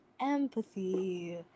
empathy